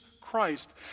Christ